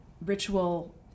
ritual